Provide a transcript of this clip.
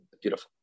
beautiful